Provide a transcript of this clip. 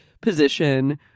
position